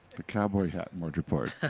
the cowboy hat mortar board.